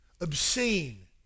obscene